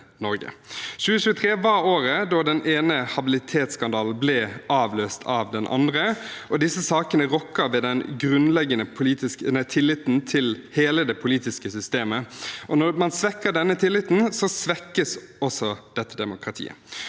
2023 var året da den ene habilitetsskandalen avløste den andre, og disse sakene rokker ved den grunnleggende tilliten til hele det politiske systemet. Når man svekker denne tilliten, svekkes også dette demokratiet.